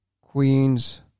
Queens